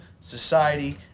society